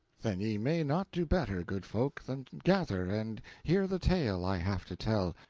then ye may not do better, good folk, than gather and hear the tale i have to tell,